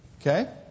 Okay